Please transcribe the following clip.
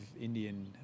Indian